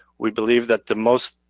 we believe that the most,